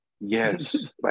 yes